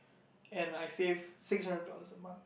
and I save six hundred dollars a month